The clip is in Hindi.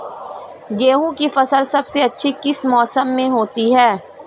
गेंहू की फसल सबसे अच्छी किस मौसम में होती है?